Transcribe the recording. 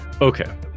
Okay